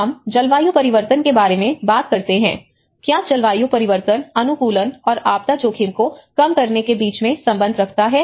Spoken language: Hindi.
हम जलवायु परिवर्तन के बारे में बात करते हैं क्या जलवायु परिवर्तन अनुकूलन और आपदा जोखिम को कम करने के बीच में संबंध है